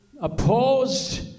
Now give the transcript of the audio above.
opposed